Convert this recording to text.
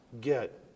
get